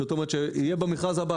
שיהיה במכרז הבא